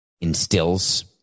instills